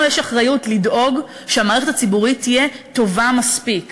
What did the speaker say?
לנו יש אחריות לדאוג שהמערכת הציבורית תהיה טובה מספיק.